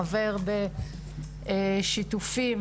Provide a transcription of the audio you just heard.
חבר בשיתופים.